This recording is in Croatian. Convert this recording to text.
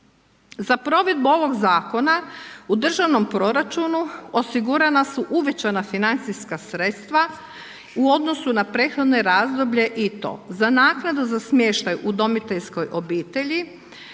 Za provedbu ovog Zakona u državnom proračunu osigurana su uvećana financijska sredstva, u odnosu na prethodne razdoblje i to, za naknadu za smještaj udomiteljskoj obitelji